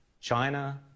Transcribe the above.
China